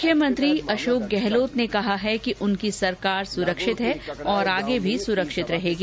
मुख्यमंत्री अशोक गहलोत ने कहा है कि उनकी सरकार सुरक्षित है और आगे भी सुरक्षित रहेगी